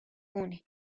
une